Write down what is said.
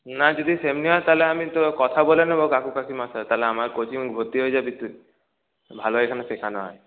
না যদি সেমনি হয় তাহলে আমি কথা বলে নেব কাকু কাকিমার সাথে আমার কোচিংয়ে ভর্তি হয়ে যাবি তুই ভালো এইখানে শেখান হয়